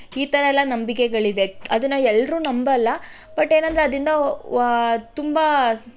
ಈ ಥರ ಎಲ್ಲ ನಂಬಿಕೆಗಳು ಇದೆ ಅದನ್ನು ಎಲ್ಲರು ನಂಬಲ್ಲ ಬಟ್ ಏನು ಅಂದರೆ ಅದರಿಂದ ವ ತುಂಬ